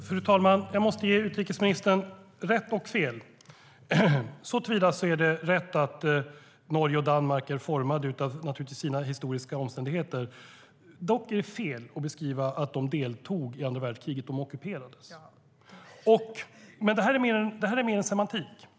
Fru talman! Jag måste ge utrikesministern rätt och fel. Det är rätt att Norge och Danmark är formade av sina historiska omständigheter. Dock är det fel att beskriva det som om de deltog i andra världskriget - de ockuperades. Det här är mer än semantik.